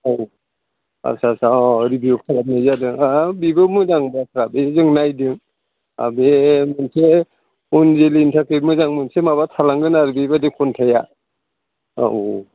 औ आस्सा आस्सा अ अ अ रेडिअ खालामनाय जादों हाब बेबो मोजां बाथ्रा बे जों नायदों आरो बे मोनसे उन जोलैनि थाखाय मोजां मोनसे माबा थालांगोन आरो बेबादि खन्थाइआ औ औ